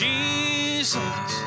Jesus